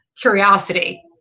curiosity